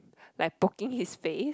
like poking his face